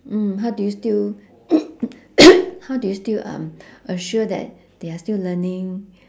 mm how do you still how do you still um assure that they are still learning